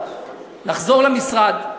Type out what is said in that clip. לחזור למשרד,